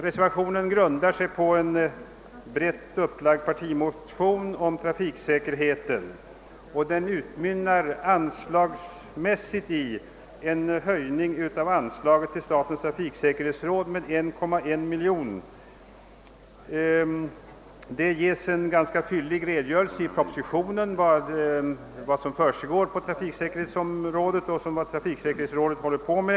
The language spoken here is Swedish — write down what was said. Reservationen grundar sig på en brett upplagd partimotion om trafiksäkerheten, som anslagsmässigt utmynnar i en höjning av anslaget till trafiksäkerhetsforskning med 1,1 miljon kronor. I propositionen ges en ganska fyllig redogörelse för vad som försiggår på trafiksäkerhetens område och vad trafiksäkerhetsrådet håller på med.